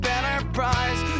Enterprise